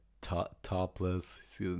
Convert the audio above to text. topless